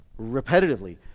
repetitively